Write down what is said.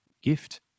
gift